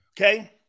okay